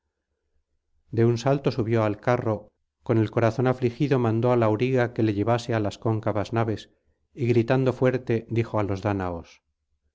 de un salto subió al carro con el corazón afligido mandó al auriga que le llevase á las cóncavas naves y gritando fuerte dijo á los dáñaos